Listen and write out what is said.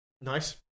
Nice